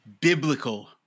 biblical